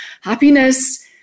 Happiness